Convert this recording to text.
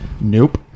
nope